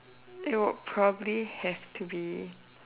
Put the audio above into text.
it will probably have to be